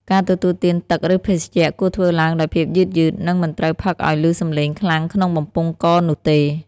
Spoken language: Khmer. ការទទួលទានទឹក ឬភេសជ្ជៈ គួរធ្វើឡើងដោយភាពយឺតៗ និងមិនត្រូវផឹកឱ្យឮសំឡេងខ្លាំងក្នុងបំពង់កនោះទេ។